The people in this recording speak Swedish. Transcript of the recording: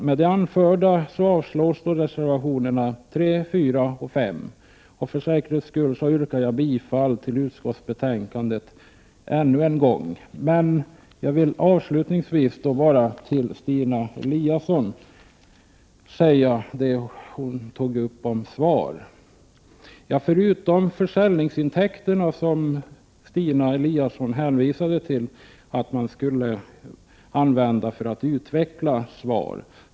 Med det anförda yrkar jag avslag på reservationerna 3, 4 och 5, och för säkerhets skull yrkar jag ännu en gång bifall till hemställan i betänkandet. Jag vill avslutningsvis till Stina Eliasson säga något om SVAR. Stina Eliasson ansåg att man skulle använda försäljningsintäkterna för att utveckla SVAR.